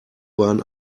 bahn